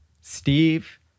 Steve